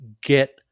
get